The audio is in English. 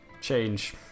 Change